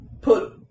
put